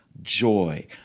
joy